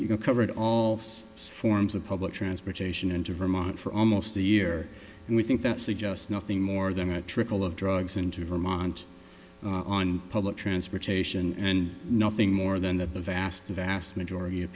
know covered all such forms of public transportation into vermont for almost a year and we think that suggests nothing more than a trickle of drugs into vermont on public transportation and nothing more than that the vast vast majority of